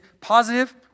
positive